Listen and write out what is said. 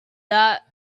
that